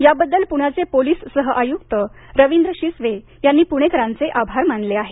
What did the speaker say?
याबद्दल पुण्याचे पोलीस सह आयुक्त रविंद्र शिसवे यांनी पुणेकरांचे आभार मानले आहेत